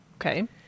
Okay